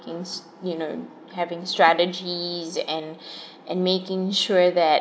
you know having strategies and and making sure that